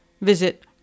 visit